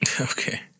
Okay